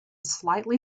slightly